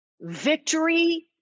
victory